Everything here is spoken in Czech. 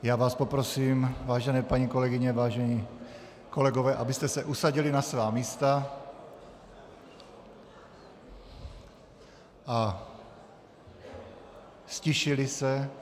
Já vás poprosím, vážené paní kolegyně, vážení kolegové, abyste se usadili na svá místa a ztišili se.